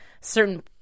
certain